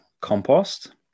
compost